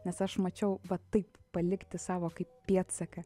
nes aš mačiau va taip palikti savo kaip pėdsaką